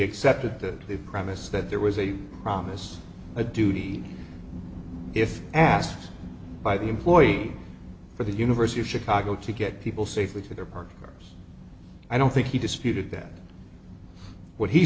accepted the premise that there was a promise a duty if asked by the employee for the university of chicago to get people safely to their partners i don't think he disputed that what he